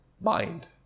mind